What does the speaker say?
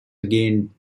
again